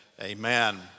amen